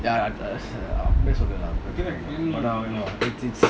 ya lah உண்மையசொல்லு:unmaya sollu it's it's